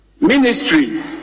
Ministry